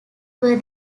were